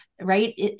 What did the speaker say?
right